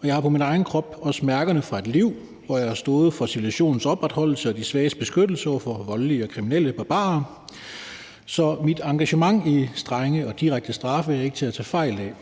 og jeg har på min egen krop også mærkerne fra et liv, hvor jeg har stået for civilisationens opretholdelse og de svages beskyttelse over for voldelige og kriminelle barbarer. Så mit engagement i strenge og direkte straffe er ikke til at tage fejl af.